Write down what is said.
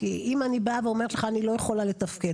כי אם אני באה ואומרת לך אני לא יכולה לתפקד,